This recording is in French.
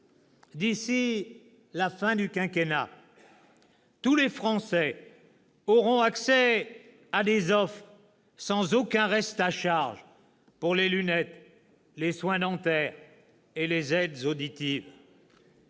D'ici à la fin du quinquennat, tous les Français auront accès à des offres sans aucun reste à charge pour les lunettes, les soins dentaires et les aides auditives.